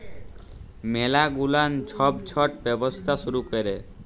ম্যালা গুলান ছব ছট ব্যবসা শুরু ক্যরে